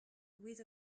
with